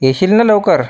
येशील ना लवकर